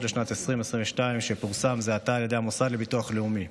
לשנת 2022 שפורסם זה עתה על ידי המוסד לביטוח לאומי,